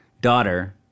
daughter